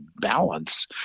balance